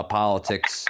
politics